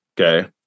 okay